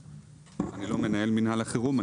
אני לא מנהל את מינהל החירום,